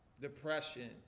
depression